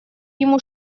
ему